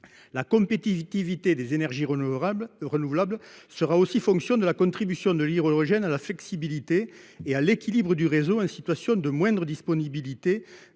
La compétitivité des énergies renouvelables sera aussi fonction de la contribution de l'hydrogène à la flexibilité et à l'équilibre du réseau en situation de moindre disponibilité